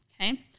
Okay